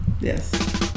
yes